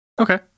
Okay